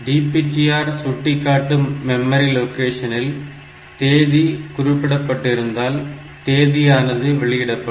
DPTR சுட்டிக்காட்டும் memory லொகேஷனில் தேதி குறிப்பிடப்பட்டிருந்தால் தேதியானது வெளியிடப்படும்